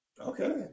Okay